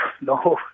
no